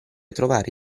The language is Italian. trovare